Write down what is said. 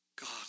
God